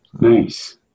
nice